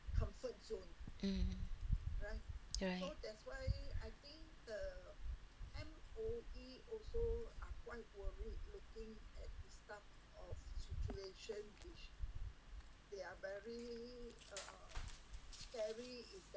mm right